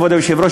כבוד היושב-ראש,